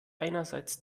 einerseits